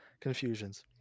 confusions